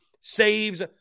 saves